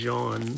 John